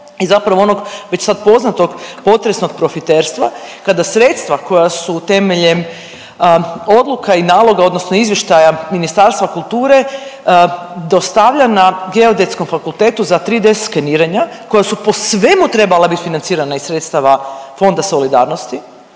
i zapravo onog već sad poznatog potresnog profiterstva kada sredstva koja su temeljem odluka i naloga odnosno izvještaja Ministarstva kulture dostavljana Geodetskom fakultetu za 3D skeniranje koja su po svemu trebala biti financirana iz sredstava Fonda solidarnosti